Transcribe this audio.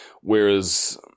Whereas